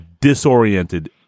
disoriented